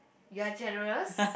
you are generous